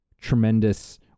tremendous